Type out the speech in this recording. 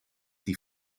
die